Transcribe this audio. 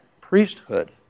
priesthood